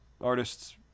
artists